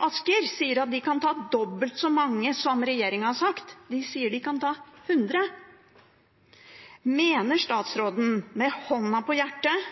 Asker sier at de kan ta dobbelt så mange som regjeringen har sagt – de sier de kan ta 100. Mener statsråden med hånda på hjertet